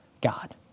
God